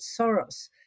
Soros